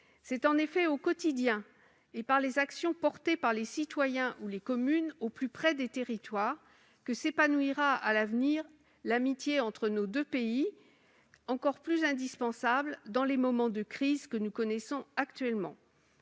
C'est en effet au quotidien et par les actions promues par les citoyens ou par les communes au plus près des territoires que s'épanouira, à l'avenir, l'amitié entre nos deux pays, qui est plus essentielle encore que d'habitude dans les moments de crise que nous connaissons actuellement.